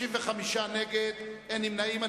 65 נגד, אין נמנעים.